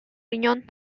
riñón